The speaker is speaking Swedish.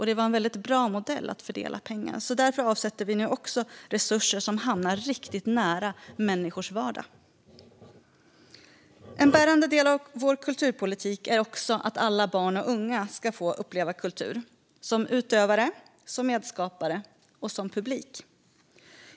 Det var en väldigt bra modell för att fördela pengar, och därför avsätter vi nu resurser som hamnar riktigt nära människors vardag. En bärande del av vår kulturpolitik är också att alla barn och unga ska få uppleva kultur som utövare, som medskapare och som publik.